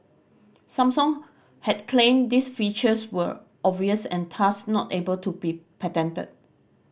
Samsung had claimed these features were obvious and thus not able to be patented